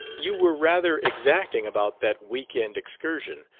you were rather exacting about that week-end excursion.